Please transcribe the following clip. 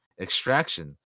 Extraction